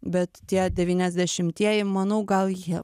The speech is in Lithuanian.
bet tie devyniasdešimtieji manau gal jie